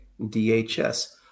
DHS